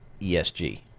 ESG